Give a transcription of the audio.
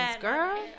girl